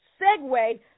segue